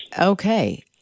Okay